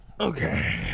Okay